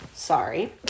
Sorry